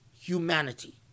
humanity